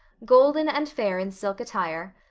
golden and fair in silk attire,